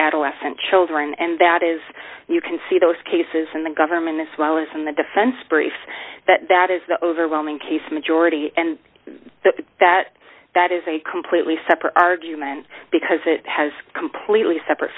adolescent children and that is you can see those cases and the government as well as in the defense briefs that that is the overwhelming case majority and the that that is a completely separate argument because it has completely separate